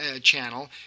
channel